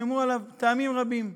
נאמרו עליו טעמים רבים.